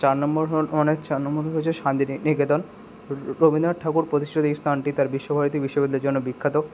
চার নম্বর হনে চার নম্বর হলো যে শান্তিনিনিকেতন রবীন্দ্রনাথ ঠাকুর প্রতিষ্ঠিত এই স্থানটি তার বিশ্বভারতী বিশ্ববিদ্যালয়ের জন্য বিখ্যাত